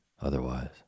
otherwise